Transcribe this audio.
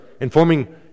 informing